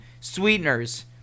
Sweeteners